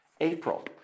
April